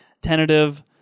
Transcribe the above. tentative